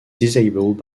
disabled